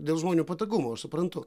dėl žmonių patogumo aš suprantu